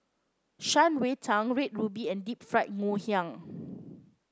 Shan Rui Tang Red Ruby and Deep Fried Ngoh Hiang